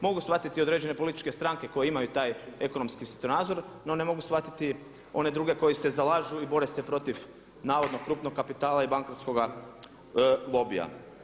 Mogu shvatiti određene političke stranke koje imaju taj ekonomski svjetonazor, no ne mogu shvatiti one druge koje se zalažu i bore se protiv navodno krupnog kapitala i bankarskoga lobija.